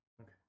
Okay